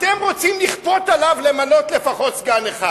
אתם רוצים לכפות עליו למנות לפחות סגן אחד.